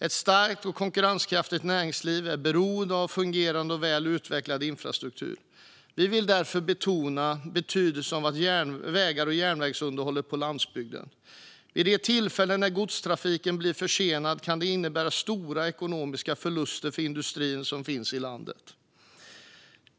Ett starkt och konkurrenskraftigt näringsliv är beroende av fungerande och väl utvecklad infrastruktur. Vi vill därför betona betydelsen av väg och järnvägsunderhållet på landsbygden. Vid de tillfällen när godstrafiken blir försenad kan det innebära stora ekonomiska förluster för industrin som finns i landet.